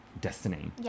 destiny